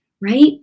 right